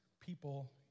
people